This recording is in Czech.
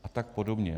A tak podobně.